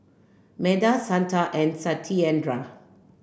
Medha Santha and Satyendra